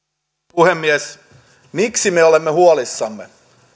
puhemies miksi me olemme huolissamme